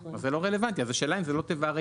אז השאלה היא האם זו לא תיבה ריקה,